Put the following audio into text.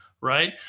right